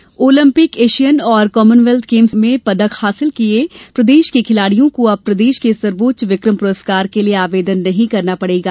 खेल Olympic Asian और Commonwealth Games में पदक हासिल किये प्रदेश के खिलाड़ियों को अब प्रदेश के सर्वोच्च विक्रम पुरस्कार के लिए आवेदन नहीं करना पड़ेगा